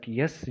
yes